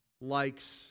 likes